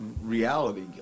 reality